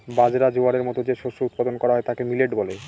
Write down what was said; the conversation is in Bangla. বাজরা, জোয়ারের মতো যে শস্য উৎপাদন করা হয় তাকে মিলেট বলে